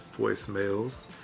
voicemails